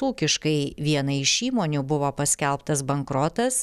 ūkiškai vienai iš įmonių buvo paskelbtas bankrotas